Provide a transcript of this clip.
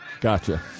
Gotcha